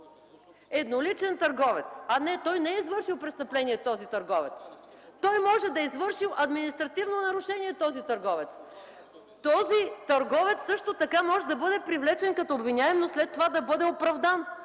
едноличен търговец. (Реплики.) Не, той не е извършил престъпление този търговец, може да е извършил административно нарушение и също така може да бъде привлечен като обвиняем, но след това да бъде оправдан.